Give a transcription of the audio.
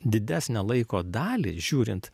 didesnę laiko dalį žiūrint